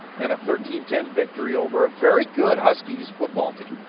and a thirteen ten victory over a very good huskies football team.